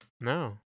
No